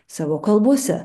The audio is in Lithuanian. savo kalbose